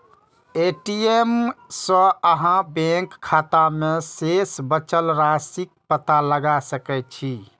ATM सं अहां bank खाता मे शेष बचल राशिक पता लगा सकै छी